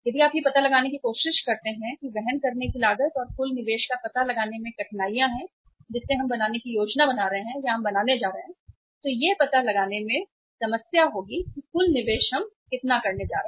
यदि आप यह पता लगाने की कोशिश करते हैं कि वहन करने की लागत और कुल निवेश का पता लगाने में कठिनाइयाँ हैं जिसे हम बनाने की योजना बना रहे हैं या हम बनाने जा रहे हैं तो यह पता लगाने की समस्या है कि कुल निवेश हम करने जा रहे हैं